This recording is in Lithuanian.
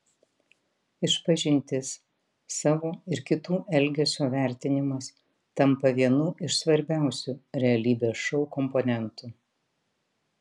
išpažintis savo ir kitų elgesio vertinimas tampa vienu iš svarbiausių realybės šou komponentų